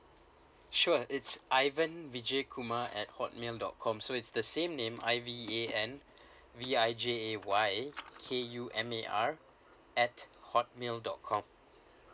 sure it's ivan vijay kurma at hotmail dot com so it's the same name I V A N V I J A Y K U M A R at hotmail dot com